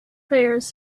prayers